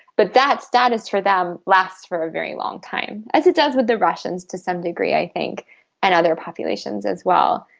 but that status for them lasts for a very long time, as it does with the russians to some degree i think and other populations as well.